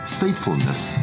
faithfulness